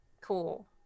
Cool